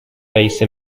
base